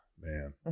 Man